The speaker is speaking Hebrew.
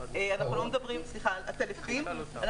לא על עטלפים.